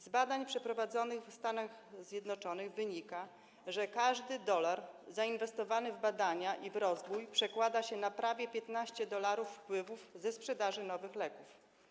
Z badań przeprowadzonych w Stanach Zjednoczonych wynika, że każdy dolar zainwestowany w badania i rozwój przekłada się na prawie 15 dolarów wpływów ze sprzedaży nowych leków.